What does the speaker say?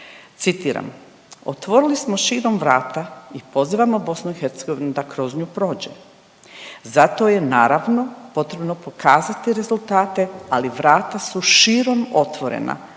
Citiram, otvorili smo širom vrata i pozivamo BiH da kroz nju prođe zato je naravno potrebno pokazati rezultate, ali vrata su širom otvorena